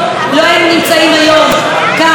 לא היינו נמצאים היום כאן,